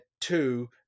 two